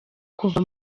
kuva